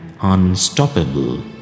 unstoppable